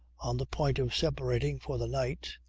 on the point of separating for the night,